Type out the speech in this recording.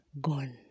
gone